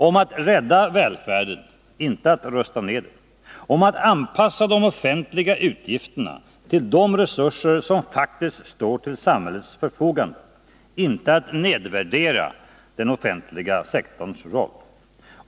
Om att rädda välfärden, inte att rusta ned den. Om att anpassa de offentliga utgifterna till de resurser som faktiskt står till samhällets förfogande, inte att nedvärdera den offentliga sektorns roll.